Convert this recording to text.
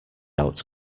out